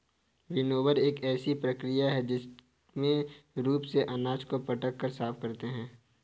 winnower एक ऐसी प्रक्रिया है जिसमें रूप से अनाज को पटक कर साफ करते हैं